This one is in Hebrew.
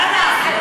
יאללה.